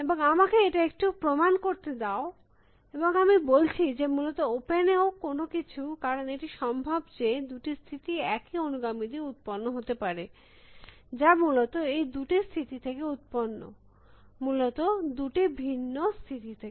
এবং আমাকে এটা একটু প্রমাণ করতে দাও এবং আমি বলছি যে মূলত ওপেন এও কোনো কিছু কারণ এটি সম্ভব যে দুটি স্থিতি একই অনুগামী দিয়ে উত্পন্ন হতে পারে যা মূলত এই দুটি স্থিতি থেকে উত্পন্ন মূলত দুটি ভিন্ন স্থিতি থেকে